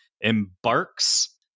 embarks